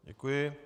Děkuji.